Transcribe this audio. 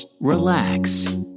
relax